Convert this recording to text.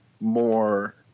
more